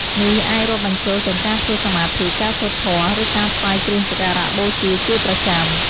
នេះអាចរាប់បញ្ចូលទាំងការធ្វើសមាធិ ការសូត្រធម៌ ឬការថ្វាយគ្រឿងសក្ការបូជាជាប្រចាំ។